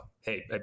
hey